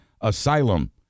asylum